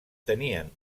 tenien